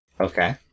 Okay